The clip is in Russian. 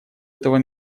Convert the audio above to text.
этого